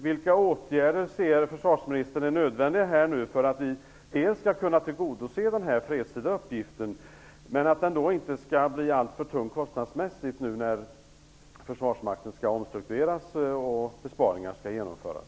Vilka åtgärder anser försvarsministern är nödvändiga för att vi skall kunna tillgodose den fredstida uppgiften, utan att den kostnadsmässigt blir alltför tung, när Försvarsmakten nu skall omstruktureras och besparingar skall genomföras?